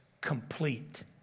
complete